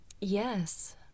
Yes